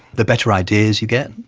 the better ideas you get,